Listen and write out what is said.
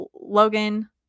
Logan